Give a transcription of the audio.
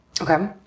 Okay